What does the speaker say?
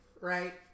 right